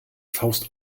faust